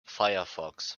firefox